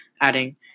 adding